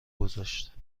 گذاشت